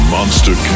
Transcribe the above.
Monster